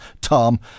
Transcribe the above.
Tom